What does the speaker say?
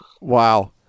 Wow